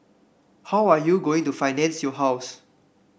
how are you going to finance your house